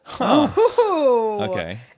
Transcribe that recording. Okay